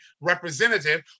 representative